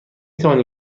توانی